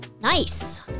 nice